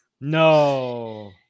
No